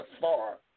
far